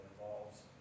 involves